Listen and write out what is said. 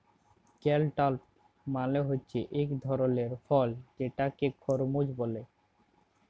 cantaloupe মালে হছে ইক ধরলের ফল যেটাকে খরমুজ ব্যলে